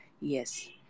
Yes